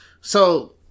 So-